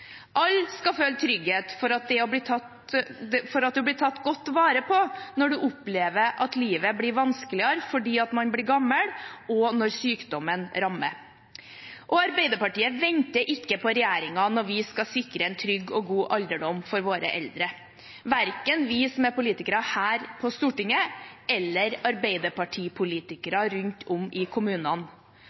Alle skal føle trygghet for at en blir tatt godt vare på når en opplever at livet blir vanskeligere fordi man blir gammel, og når sykdommen rammer. Og vi i Arbeiderpartiet venter ikke på regjeringen når vi skal sikre en trygg og god alderdom for våre eldre, verken vi som er politikere her på Stortinget, eller Arbeiderparti-politikere rundt om i